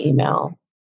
emails